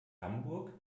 hamburg